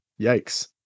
yikes